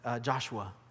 Joshua